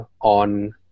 on